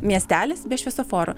miestelis be šviesoforų